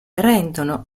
rendono